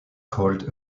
called